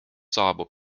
saabub